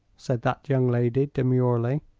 said that young lady, demurely.